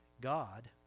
God